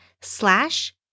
slash